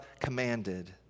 commanded